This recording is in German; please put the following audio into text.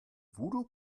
voodoo